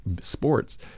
sports